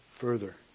further